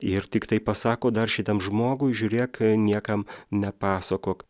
ir tiktai pasako dar šitam žmogui žiūrėk niekam nepasakok